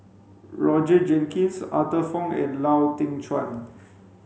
Roger Jenkins Arthur Fong and Lau Teng Chuan